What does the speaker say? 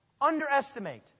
underestimate